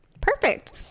Perfect